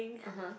(uh huh)